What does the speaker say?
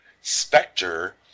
Spectre